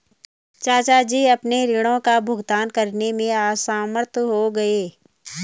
चाचा जी अपने ऋणों का भुगतान करने में असमर्थ हो गए